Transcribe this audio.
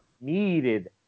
needed